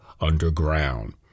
underground